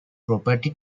property